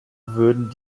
würden